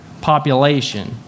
population